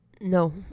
no